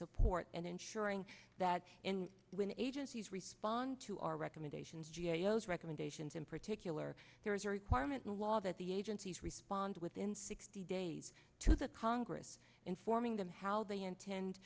support and ensuring that when agencies respond to our recommendations geos recommendations in particular there is a requirement in law that the agencies respond within sixty days to the congress informing them how they intend